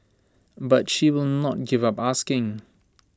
but she will not give up asking